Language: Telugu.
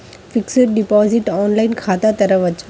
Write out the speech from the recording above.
ఫిక్సడ్ డిపాజిట్ ఆన్లైన్ ఖాతా తెరువవచ్చా?